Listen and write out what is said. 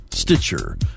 Stitcher